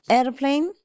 Airplane